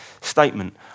statement